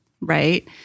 Right